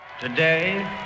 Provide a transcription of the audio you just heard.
Today